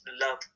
love